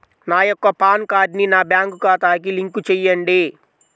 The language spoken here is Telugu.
నా యొక్క పాన్ కార్డ్ని నా బ్యాంక్ ఖాతాకి లింక్ చెయ్యండి?